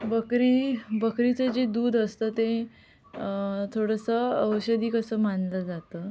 बकरी बकरीचं जे दूध असतं ते थोडंसं औषधी असं मानलं जातं